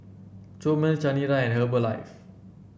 Chomel Chanira and Herbalife